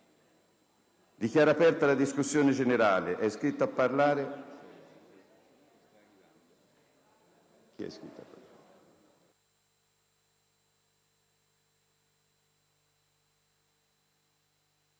Dichiaro aperta la discussione generale.